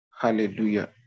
hallelujah